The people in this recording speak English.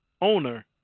owner